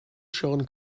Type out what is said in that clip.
siôn